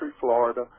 Florida